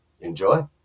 Enjoy